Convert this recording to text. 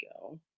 go